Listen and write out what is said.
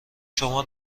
شما